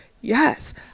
Yes